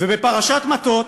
ובפרשת מטות,